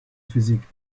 physik